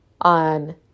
on